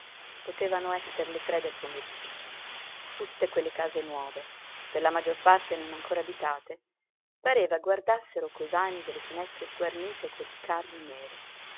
potevano esser le tre del pomeriggio tutte quelle case nuove per la maggior parte non ancora abitate pareva guardassero coi vani delle finestre sguarnite quel carro nero